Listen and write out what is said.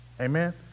amen